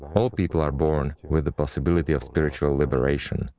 all people are born with the possibility of spiritual liberation,